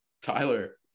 Tyler